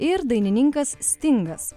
ir dainininkas stingas